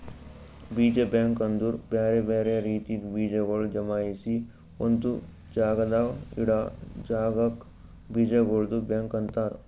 ಬೀಜ ಬ್ಯಾಂಕ್ ಅಂದುರ್ ಬ್ಯಾರೆ ಬ್ಯಾರೆ ರೀತಿದ್ ಬೀಜಗೊಳ್ ಜಮಾಯಿಸಿ ಒಂದು ಜಾಗದಾಗ್ ಇಡಾ ಜಾಗಕ್ ಬೀಜಗೊಳ್ದು ಬ್ಯಾಂಕ್ ಅಂತರ್